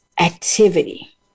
activity